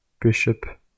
Bishop